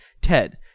Ted